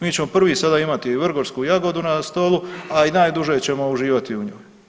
Mi ćemo prvi sada imati i vrgorsku jagodu na stolu, a i najduže ćemo uživati u njoj.